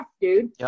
dude